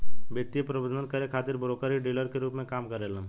वित्तीय प्रबंधन करे खातिर ब्रोकर ही डीलर के रूप में काम करेलन